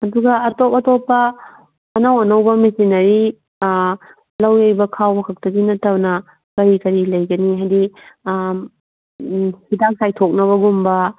ꯑꯗꯨꯒ ꯑꯇꯣꯞ ꯑꯇꯣꯞꯄ ꯑꯅꯧ ꯑꯅꯧꯕ ꯃꯦꯆꯤꯟꯅꯔꯤ ꯂꯧ ꯌꯩꯕ ꯈꯥꯎꯕꯒꯤ ꯈꯛꯇ ꯅꯠꯇꯅ ꯀꯔꯤ ꯀꯔꯤ ꯂꯩꯒꯅꯤ ꯍꯥꯏꯗꯤ ꯍꯤꯗꯥꯛ ꯆꯥꯏꯊꯣꯛꯅꯕꯒꯨꯝꯕ